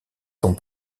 sont